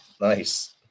Nice